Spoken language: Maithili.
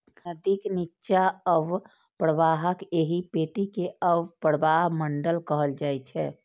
नदीक निच्चा अवप्रवाहक एहि पेटी कें अवप्रवाह मंडल कहल जाइ छै